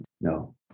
no